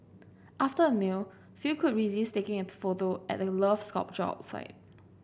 after a meal few could resist taking a photo at the Love sculpture outside